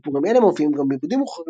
סיפורים אלה מופיעים גם בעיבודים מאוחרים